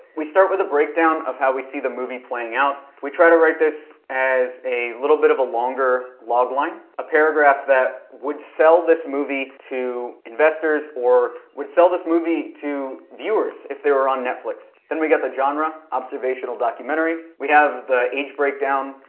we start with a breakdown of how we see the movie playing out. we try to write this as a little bit of a longer log line, a paragraph that would sell this movie to investors or would sell this movie to viewers if they were on netflix. then we got the genre, observational documentary. we have the age breakdown,